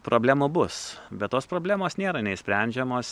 problemų bus bet tos problemos nėra neišsprendžiamos